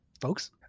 folks